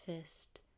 fist